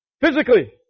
physically